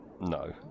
No